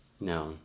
no